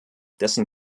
dessen